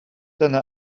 dyna